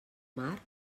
mar